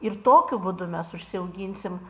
ir tokiu būdu mes užsiauginsim